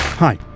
Hi